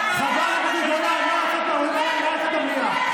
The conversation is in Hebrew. חברת הכנסת גולן, אני קורא אותך לסדר פעם שלישית.